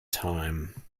time